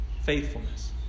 faithfulness